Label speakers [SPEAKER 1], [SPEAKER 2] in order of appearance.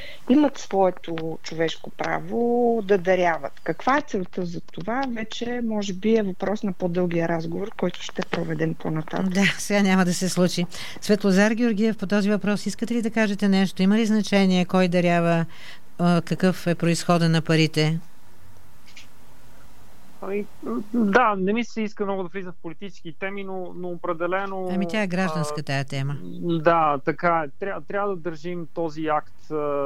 [SPEAKER 1] имат своето човешко право да даряват. Каква е целта за това? Вече, може би, е въпрос на по-дългия разговор, който ще проведем по-нататък.
[SPEAKER 2] Да, сега няма да се случи. Светлозар Георгиев, по този въпрос, искате ли да кажете нещо? Има ли значение кой дарява, а, какъв е произхода на парите?
[SPEAKER 3] Ами, м, да, не ми се иска много да влизам в политически теми, но- но определено,
[SPEAKER 2] Ами тя е
[SPEAKER 3] а,
[SPEAKER 2] гражданска тая тема.
[SPEAKER 3] м, да, така е. Тря- трябва да държим този акт, а,